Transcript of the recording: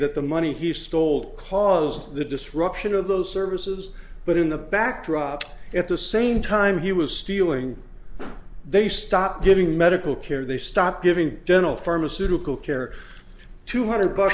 that the money he stole caused the disruption of those services but in the backdrop at the same time he was stealing they stopped giving medical care they stopped giving dental pharmaceutical care two hundred bucks